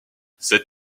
cette